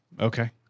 Okay